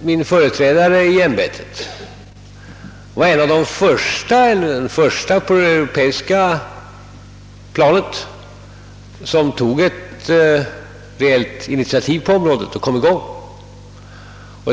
Min företrädare i ämbetet var en av de första som tog ett reellt initiativ i detta sammanhang på det europeiska planet.